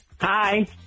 Hi